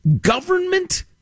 government